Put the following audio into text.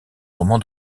roman